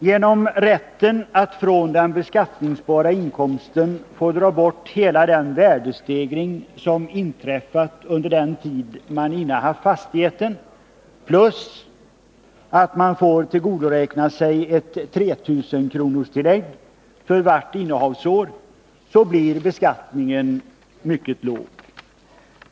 Genom rätten att från den beskattningsbara inkomsten dra bort hela den värdestegring som inträffat under den tid man innehaft fastigheten plus rätten att tillgodoräkna sig 3 000 kronors tillägg för vart innehavsår blir skatten mycket låg.